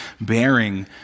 bearing